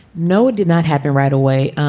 no, it did not happen right away.